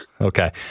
Okay